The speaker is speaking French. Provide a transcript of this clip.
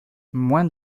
moins